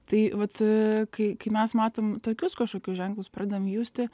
tai vat kai kai mes matom tokius kažkokius ženklus pradedam justi